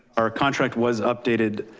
our contract was updated,